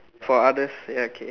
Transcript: for others ya okay